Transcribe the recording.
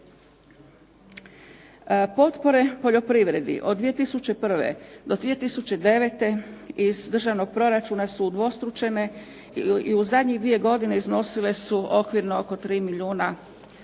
Potpore poljoprivredi od 2001. do 2009. iz Državnog proračuna su udvostručene i u zadnjih 2 godine iznosile su okvirno oko 3 milijuna kuna,